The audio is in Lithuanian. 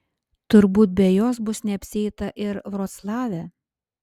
turbūt be jos bus neapsieita ir vroclave